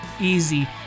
easy